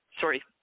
Sorry